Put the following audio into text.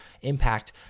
impact